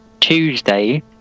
Tuesday